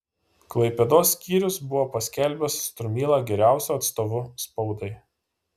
klaipėdos skyrius buvo paskelbęs strumylą geriausiu atstovu spaudai